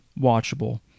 watchable